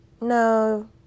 No